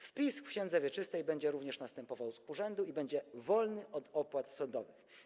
Wpis w księdze wieczystej będzie również następował z urzędu i będzie wolny od opłat sądowych.